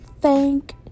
Thank